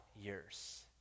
years